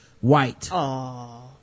white